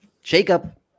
Shake-up